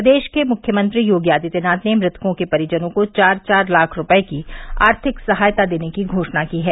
प्रदेश के मुख्यमंत्री योगी आदित्यनाथ ने मृतकों के परिजनों को चार चार लाख रूपये की आर्थिक सहायता देने की घोषणा की है